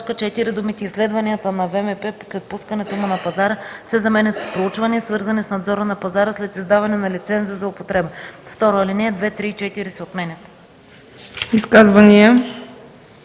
4 думите „изследванията на ВМП след пускането му на пазара” се заменят с „проучвания, свързани с надзора на пазара след издаване на лиценза за употреба”. 2. Алинеи 2, 3 и 4 се отменят.”